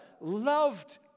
loved